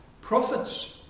prophets